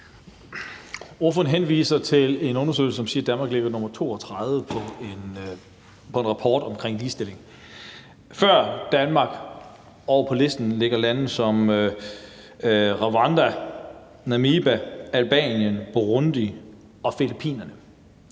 Ordføreren henviser til en undersøgelse, som siger, at Danmark ligger som nr. 32 i en rapport om ligestilling. Før Danmark på den liste ligger lande som Rwanda, Namibia, Albanien, Burundi og Filippinerne.